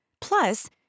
Plus